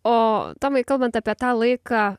o tomai kalbant apie tą laiką